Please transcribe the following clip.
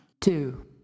Two